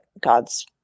God's